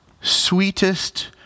sweetest